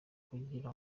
kugira